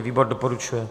Výbor doporučuje.